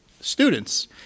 students